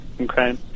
okay